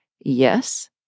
Yes